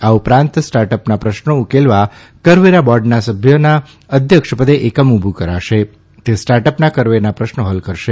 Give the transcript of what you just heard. આ ઉપરાંત સ્ટાર્ટઅપના પ્રશ્નો ઉકેલવા કરવેરા બોર્ડના સભ્યના અધ્યક્ષપદે એકમ ઉભું કરાશે તે સ્ટાર્ટઅપના કરવેરાના પ્રશ્નો હલ કરશે